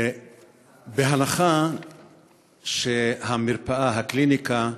בהנחה שהמרפאה, הקליניקה,